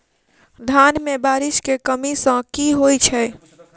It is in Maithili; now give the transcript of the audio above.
धान मे बारिश केँ कमी सँ की होइ छै?